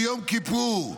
ביום כיפור,